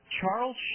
Charles